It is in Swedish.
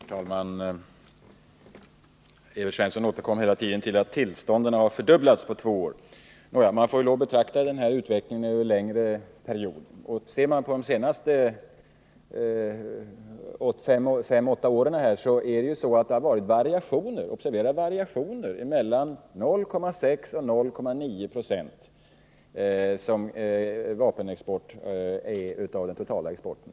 Herr talman! Evert Svensson återkommer hela tiden till att tillstånden har fördubblats på två år. Man får dock betrakta utvecklingen över en längre period, och under de senaste fem å åtta åren har det varit variationer. Vapenexporten har under denna tid uppgått till mellan 0,6 och 0,9 90 av den totala exporten.